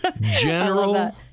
General